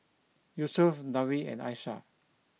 Yusuf Dewi and Aishah